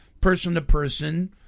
person-to-person